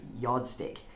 yardstick